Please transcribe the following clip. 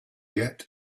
yet